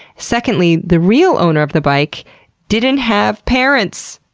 secondly, the real owner of the bike didn't have parents!